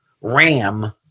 RAM